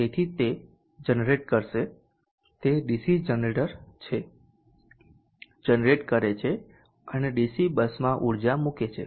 તેથી તે જનરેટ કરશે તે ડીસી જનરેટર છે જનરેટ કરે છે અને ડીસી બસમાં ઉર્જા મૂકે છે